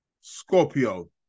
Scorpio